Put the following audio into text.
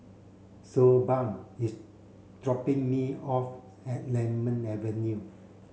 Siobhan is dropping me off at Lemon Avenue